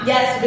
Yes